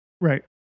right